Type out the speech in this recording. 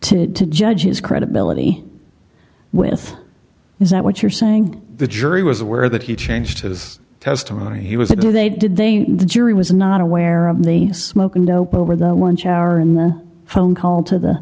to judge his credibility with is that what you're saying the jury was aware that he changed his testimony he was a do they did they the jury was not aware of the smoking dope over the lunch hour and the phone call to the